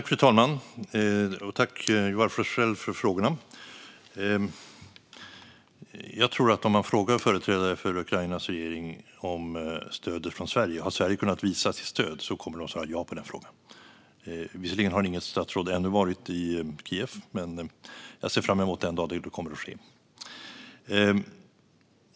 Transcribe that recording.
Fru talman! Tack, Joar Forssell, för frågorna! Jag tror att om man frågar företrädare för Ukrainas regering om stödet från Sverige och om Sverige har kunnat visa sitt stöd kommer de att svara ja. Visserligen har inget statsråd ännu varit i Kiev, men jag ser fram emot den dag då det kommer att ske.